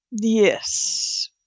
Yes